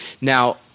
Now